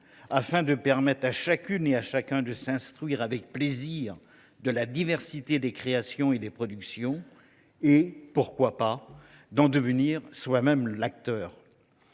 afin de permettre à chacune et à chacun de s’instruire, avec plaisir, à partir de la diversité des créations et des productions et – pourquoi pas ?– d’en devenir soi même un acteur.